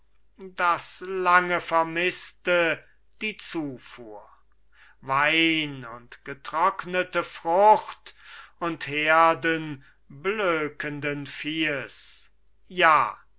das lange vermißte die zufuhr wein und getrocknete frucht und herden blökendes viehes ja